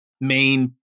main